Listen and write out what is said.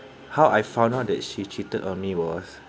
how I found out that she cheated on me was